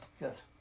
Yes